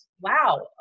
wow